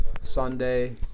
Sunday